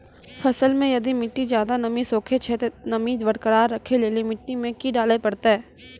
फसल मे यदि मिट्टी ज्यादा नमी सोखे छै ते नमी बरकरार रखे लेली मिट्टी मे की डाले परतै?